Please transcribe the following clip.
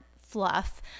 fluff